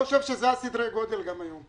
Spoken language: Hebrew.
אני חושב שזה סדרי הגודל גם היום.